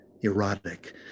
erotic